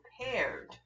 prepared